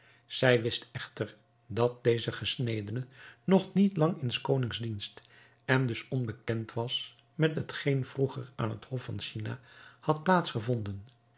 zij wist echter dat deze gesnedene nog niet lang in s konings dienst en dus onbekend was met hetgeen vroeger aan het hof van china had